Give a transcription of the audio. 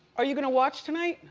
are you gonna watch tonight?